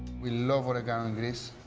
we love oregano in greece.